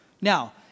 now